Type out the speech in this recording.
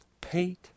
pete